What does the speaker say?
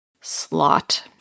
slot